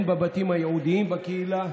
הן בבתים הייעודיים בקהילה,